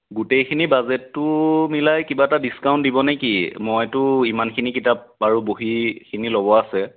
গোটেইখিনি বাজেটটো মিলাই কিবা এটা ডিছকাউণ্ট দিব নে কি মইতো ইমানখিনি কিতাপ আৰু বহীখিনি ল'ব আছে